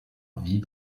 envie